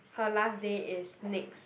her last day is next